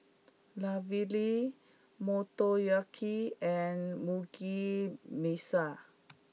Ravioli Motoyaki and Mugi Meshi